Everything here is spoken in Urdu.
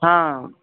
ہاں